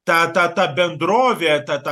tą tą tą bendrovę tą tą